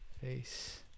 face